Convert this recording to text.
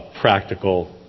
practical